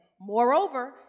Moreover